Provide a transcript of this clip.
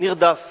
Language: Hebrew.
נרדף